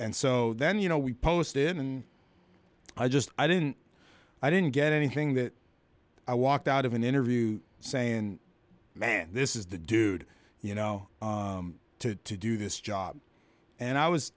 and so then you know we posted and i just i didn't i didn't get anything that i walked out of an interview saying man this is the dude you know to do this job and i was